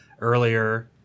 earlier